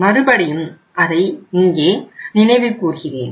மறுபடியும் அதை இங்கே நினைவுகூர்கிறேன்